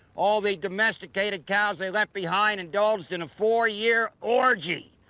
all the domesticated cows they left behind indulged in a four-year orgy.